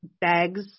bags